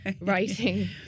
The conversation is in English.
writing